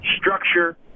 structure